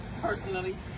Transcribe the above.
personally